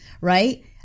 Right